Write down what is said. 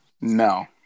No